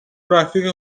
رفیق